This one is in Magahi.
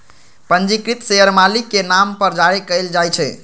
पंजीकृत शेयर मालिक के नाम पर जारी कयल जाइ छै